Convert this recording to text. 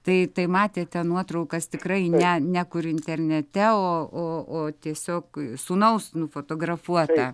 tai tai matėte nuotraukas tikrai ne ne kur internete o o o tiesiog sūnaus nufotografuota